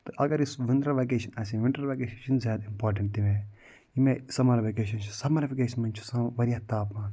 تہٕ اگر أسۍ وندر وَکیشن آسَے ونٛٹر وَکیشن چھُنہٕ زیادٕ امپاٹنٛٹ تمہِ آیہِ ییٚمہِ آے سَمر وَکیشن چھِ سَمر وَکیشن منٛز چھُ آسان وارِیاہ تاپ مان